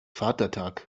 vatertag